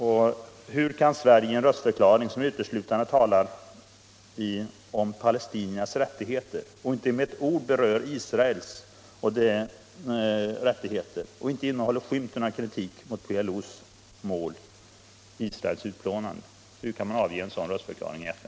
Och hur kan Sverige i FN avge en röstförklaring som uteslutande talar om palestiniernas rättigheter men inte med ett ord berör Israels rättigheter och inte heller innehåller skymten av kritik mot PLO:s mål, Israels utplånande?